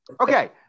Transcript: Okay